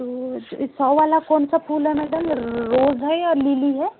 तो सौ वाला कौन सा फूल है मैडम रोज़ है या लीली है